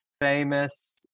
famous